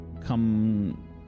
come